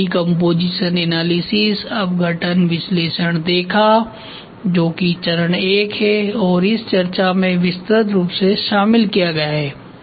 हमने decomposition analysis अपघटन विश्लेषण देखा जो कि चरण 1 है जो इस चर्चा में विस्तृत रूप से शामिल किया जाएगा